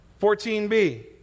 14b